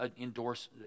endorse